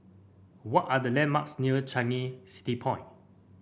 what are the landmarks near Changi City Point